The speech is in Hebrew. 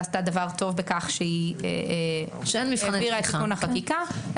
עשתה טוב בכך שהיא הסדירה את תיקון החקיקה.